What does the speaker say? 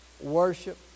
worship